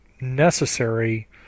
necessary